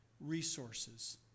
resources